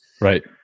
right